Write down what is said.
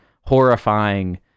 horrifying